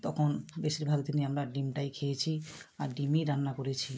তখন বেশিরভাগ দিনই আমরা ডিমটাই খেয়েছি আর ডিমই রান্না করেছি